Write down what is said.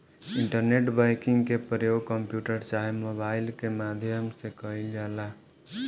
internet banking के परयोग computer चाहे मोबाइल के माध्यम से कईल जाला